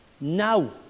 now